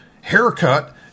haircut